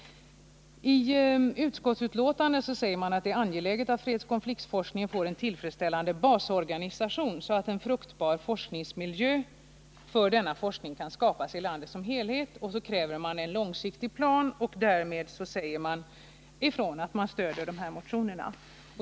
Tutskottsbetänkandet sägs att det är angeläget att fredsoch konfliktforskningen får en tillfredsställande basorganisation så att en fruktbar forskningsmiljö för denna forskning kan skapas i landet som helhet. Utskottet kräver också en långsiktig plan, och därmed uttalar utskottet sitt stöd för dessa motioner.